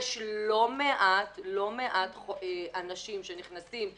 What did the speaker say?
ויש לא מעט אנשים שנכנסים,